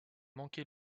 manqué